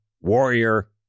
warrior